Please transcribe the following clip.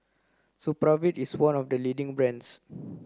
Supravit is one of the leading brands